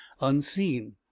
unseen